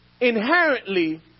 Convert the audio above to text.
inherently